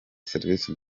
serivisi